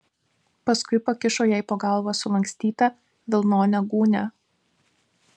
paskui pakišo jai po galva sulankstytą vilnonę gūnią